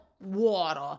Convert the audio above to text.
water